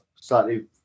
slightly